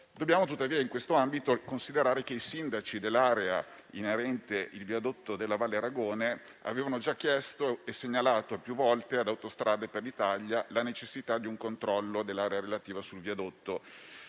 dobbiamo tuttavia ricordare in quest'ambito che i sindaci dell'area inerente al viadotto di Valle Ragone avevano già chiesto e segnalato più volte ad Autostrade per l'Italia la necessità di un controllo della zona relativa. Questo